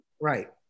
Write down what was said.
Right